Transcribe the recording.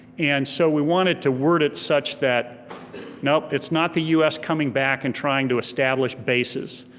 and so we wanted to word it such that no, it's not the us coming back and trying to establish bases.